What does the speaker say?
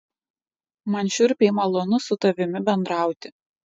man šiurpiai malonu su tavimi bendrauti